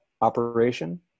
operation